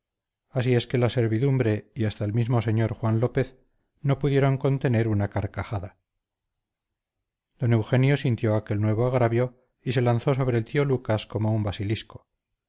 así es que la servidumbre y hasta el mismo señor juan lópez no pudieron contener la carcajada don eugenio sintió aquel nuevo agravio y se lanzó sobre el tío lucas como un basilisco